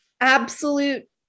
Absolute